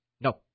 No